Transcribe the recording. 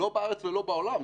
לא בארץ ולא בעולם,